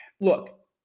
Look